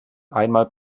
einmal